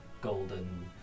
golden